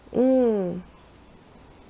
mm